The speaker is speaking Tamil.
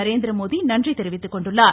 நரேந்திரமோடி நன்றி தெரிவித்துக்கொண்டுள்ளார்